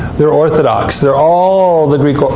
they're orthodox. there all the. greek,